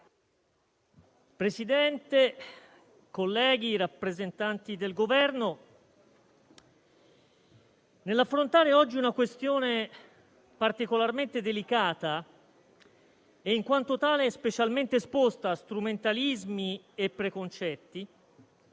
Presidente, colleghi, rappresentanti del Governo, nell'affrontare oggi una questione particolarmente delicata e, in quanto tale, specialmente esposta a strumentalismi e preconcetti,